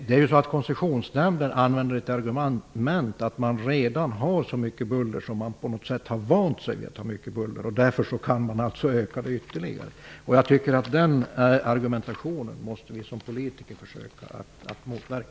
Fru talman! Koncessionsnämnden använder som argument att det redan är så mycket på buller att man har vant sig vid det och att det därför kan ökas ytterligare. Den argumentationen måste vi som politiker försöka att motverka.